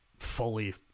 fully